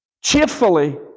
cheerfully